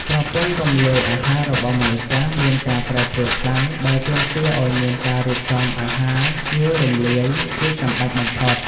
ប្រព័ន្ធរំលាយអាហាររបស់មនុស្សចាស់មានការប្រែប្រួលខ្លាំង ដែលទាមទារឱ្យមានការរៀបចំ អាហារងាយរំលាយ ជាចាំបាច់បំផុត។